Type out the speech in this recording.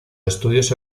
estudios